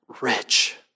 rich